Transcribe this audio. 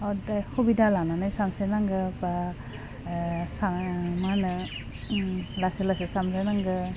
अदे हुबिदा लानानै सानस्रि नांगौ बा ओह सा माहोनो उम लासै लासै सानस्रि नांगौ